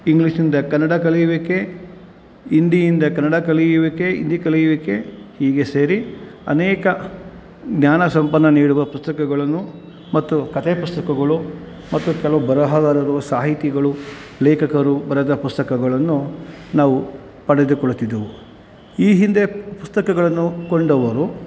ಇಂಗ್ಲೀಷಿಂದ ಕನ್ನಡ ಕಲಿಯುವಿಕೆ ಹಿಂದಿಯಿಂದ ಕನ್ನಡ ಕಲಿಯುವಿಕೆ ಹಿಂದಿ ಕಲಿಯುವಿಕೆ ಹೀಗೆ ಸೇರಿ ಅನೇಕ ಜ್ಞಾನ ಸಂಪನ್ನ ನೀಡುವ ಪುಸ್ತಕಗಳನ್ನು ಮತ್ತು ಕಥೆ ಪುಸ್ತಕಗಳು ಮತ್ತು ಕೆಲವು ಬರಹಗಾರರು ಸಾಹಿತಿಗಳು ಲೇಖಕರು ಬರೆದ ಪುಸ್ತಕಗಳನ್ನು ನಾವು ಪಡೆದುಕೊಳ್ಳುತ್ತಿದ್ದೆವು ಈ ಹಿಂದೆ ಪುಸ್ತಕಗಳನ್ನು ಕೊಂಡವರು